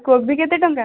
ଆଉ କୋବି କେତେ ଟଙ୍କା